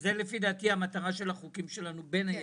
ולדעתי זאת המטרה של החוקים שלנו בין היתר: